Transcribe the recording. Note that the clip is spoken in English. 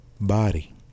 body